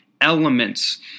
elements